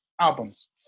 albums